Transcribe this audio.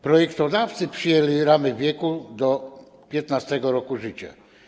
Projektodawcy przyjęli ramy wieku do 15. roku życia.